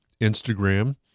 Instagram